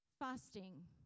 fasting